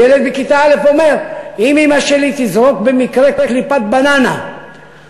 וילד בכיתה א' אומר: אם אימא שלי תזרוק במקרה קליפת בננה אל